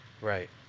Right